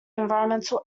environmental